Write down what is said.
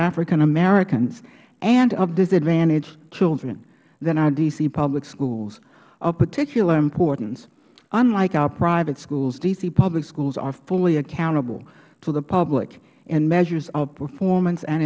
african americans and of disadvantaged children than our d c public schools of particular importance unlike our private schools d c public schools are fully accountable to the public in measures of performance and